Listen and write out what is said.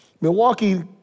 Milwaukee